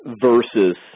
versus